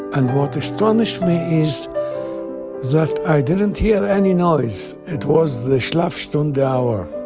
and what astonished me is that i didn't hear any noise. it was the schlafstunde hour,